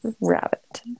Rabbit